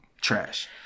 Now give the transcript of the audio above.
trash